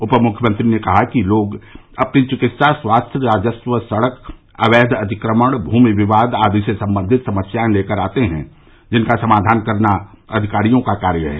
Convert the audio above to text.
उप मुख्यमंत्री ने कहा कि लोग अपनी चिकित्सा स्वास्थ्य राजस्व सड़क अवैध अतिक्रमण भूमि विवाद आदि से संबंधित समस्याएं लेकर आते हैं जिनका समाधान करना अधिकारियों का कार्य है